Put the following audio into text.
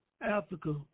Africa